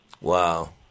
Wow